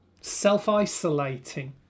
self-isolating